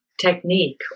technique